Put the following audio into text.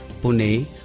Pune